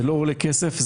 זה לא עולה כסף,